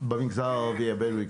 במגזר הערבי הבדואי,